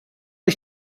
ich